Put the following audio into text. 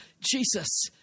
Jesus